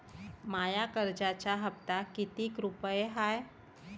माया कर्जाचा हप्ता कितीक रुपये हाय?